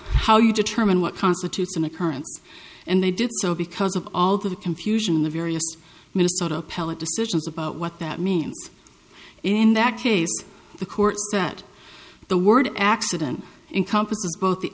how you determine what constitutes an occurrence and they did so because of all the confusion in the various minnesota appellate decisions about what that means in that case the court that the word accident encompasses both the